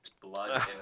blood